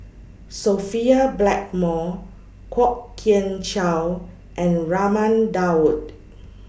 Sophia Blackmore Kwok Kian Chow and Raman Daud